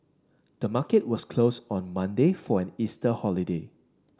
the market was closed on Monday for an Easter holiday